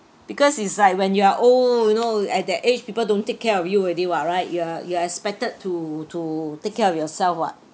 because it's like when you are old you know at that age people don't take care of you already [what] right you're you're expected to to take care of yourself [what]